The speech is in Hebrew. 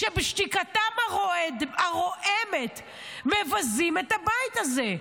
שבשתיקתם הרועמת מבזים את הבית הזה,